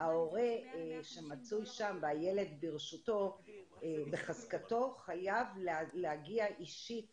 ההורה שמצוי שם והילד בחזקתו חייב להגיע אישית